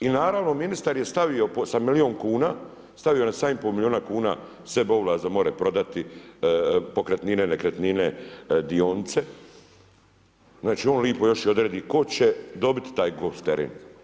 I naravno, ministar je stavio sa milijun kuna, stavio na 7,5 milijuna kuna, sebi ovlast da more prodati pokretnine, nekretnine, dionice, znači on lijepo još odredi tko će dobiti taj golf teren.